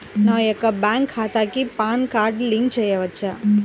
నా యొక్క బ్యాంక్ ఖాతాకి పాన్ కార్డ్ లింక్ చేయవచ్చా?